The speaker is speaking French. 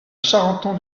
charenton